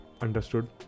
understood